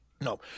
No